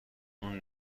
اون